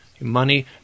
Money